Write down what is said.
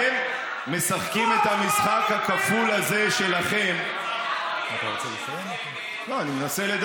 כפי שאמרתי, אני חושב שיש